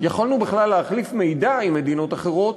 יכולנו בכלל להחליף מידע עם מדינות אחרות,